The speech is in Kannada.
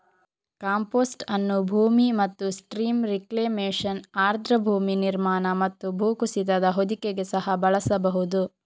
ಕಾಂಪೋಸ್ಟ್ ಅನ್ನು ಭೂಮಿ ಮತ್ತು ಸ್ಟ್ರೀಮ್ ರಿಕ್ಲೇಮೇಶನ್, ಆರ್ದ್ರ ಭೂಮಿ ನಿರ್ಮಾಣ ಮತ್ತು ಭೂಕುಸಿತದ ಹೊದಿಕೆಗೆ ಸಹ ಬಳಸಬಹುದು